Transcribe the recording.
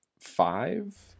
five